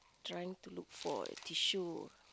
trying to look for a tissue